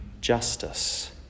justice